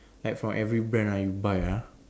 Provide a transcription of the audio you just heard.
like from every brand right you buy ah